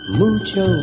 mucho